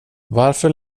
varför